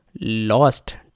lost